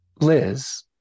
Liz